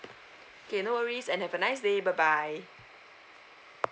okay no worries and have a nice day bye bye